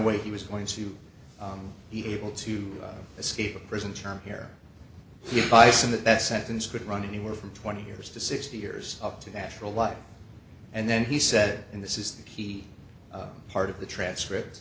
way he was going to be able to escape a prison term here if i said that that sentence could run anywhere from twenty years to sixty years up to natural life and then he said and this is the key part of the transcript